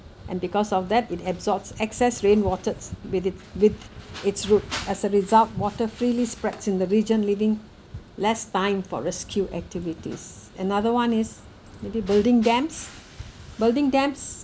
and because of that it absorbs excess rainwaters with it with its roots as a result water freely spreads in the region leaving less time for rescue activities another one is maybe building dams building dams